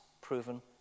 proven